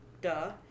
duh